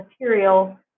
material